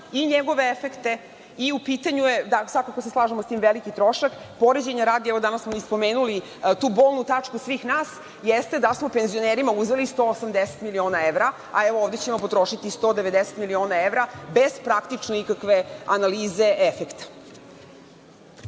i njegove efekte. U pitanju je, svakako se slažemo sa tim, veliki trošak. Poređenja radi, evo, danas smo i spomenuli tu bolnu tačku svih nas, jeste da smo penzionerima uzeli 180 miliona evra, a evo ovde ćemo potrošiti 190 miliona evra, bez praktično ikakve analize efekta. Ustavom